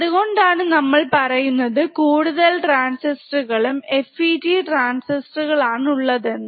അതുകൊണ്ടാണ് നമ്മൾ പറയുന്നത് കൂടുതൽ ട്രാൻസിസ്റ്റർകളും FET ട്രാൻസിസ്റ്ററുകൾ ആണുള്ളത് എന്ന്